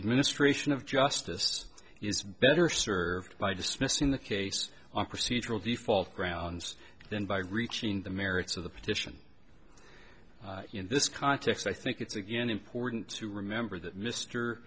administration of justice is better served by dismissing the case on procedural default grounds than by reaching the merits of the petition in this context i think it's again important to remember that mr